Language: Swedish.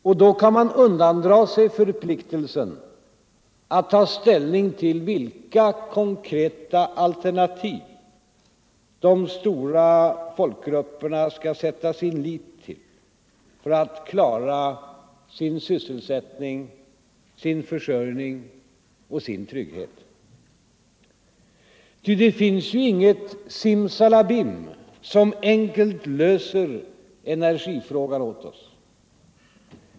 Och då kan man undandra sig förpliktelsen att ta ställning till vilka konkreta alternativ de stora folkgrupperna skall sätta sin lit till för att klara sin sysselsättning, sin försörjning och sin trygghet. Ty det finns ju inget ”simsalabim” som enkelt löser energifrågor åt oss.